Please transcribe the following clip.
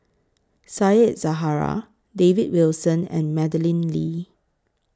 Said Zahari David Wilson and Madeleine Lee